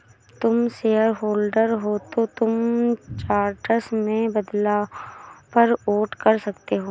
तुम शेयरहोल्डर हो तो तुम चार्टर में बदलाव पर वोट कर सकते हो